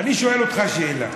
אני שואל אותך שאלה: